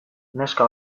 neska